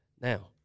Now